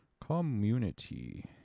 community